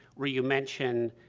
where you mention,